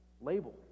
label